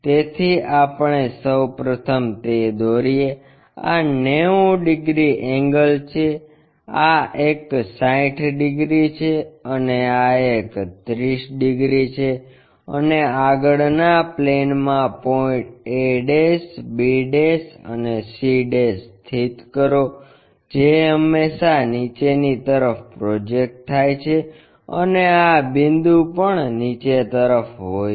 તેથી આપણે સૌ પ્રથમ તે દોરીએ આ 90 ડીગ્રી એંગલ છે આ એક 60 ડિગ્રી છે અને આ એક 30 ડિગ્રી છે અને આગળના પ્લેનમાં પોઇન્ટ a b અને c સ્થિત કરો જે હંમેશા નીચેની તરફ પ્રોજેકટ થાય છે અને આ બિંદુ પણ નીચે તરફ હોય છે